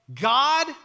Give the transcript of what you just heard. God